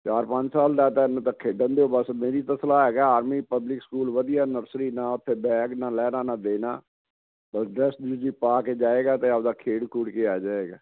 ਚਾਰ ਪੰਜ ਸਾਲ ਦਾ ਤਾਂ ਇਹਨੂੰ ਤਾਂ ਖੇਡਣ ਦਿਓ ਬਸ ਮੇਰੀ ਤਾਂ ਸਲਾਹ ਹੈਗਾ ਆਰਮੀ ਪਬਲਿਕ ਸਕੂਲ ਵਧੀਆ ਨਰਸਰੀ ਨਾ ਉੱਥੇ ਬੈਗ ਨਾ ਲੈਣਾ ਨਾ ਦੇਣਾ ਬਸ ਡਰੈਸ ਦੂਜੀ ਪਾ ਕੇ ਜਾਏਗਾ ਅਤੇ ਆਪਦਾ ਖੇਡ ਖੂਡ ਕੇ ਆ ਜਾਏਗਾ